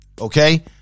Okay